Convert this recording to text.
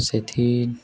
ସେଠି